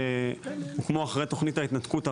כמו אחרי תוכנית ההתנתקות,